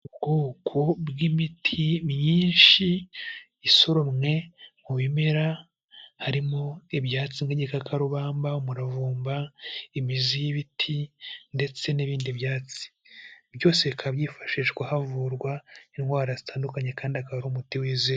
Ubwoko bw'imiti myinshi isoromwe mu bimera harimo ibyatsi nk'igikakarubamba, umuravumba, imizi y'ibiti ndetse n'ibindi batsi. Byose bikaba byifashishwa havurwa indwara zitandukanye kandi akaba ari umuti wizewe.